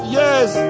yes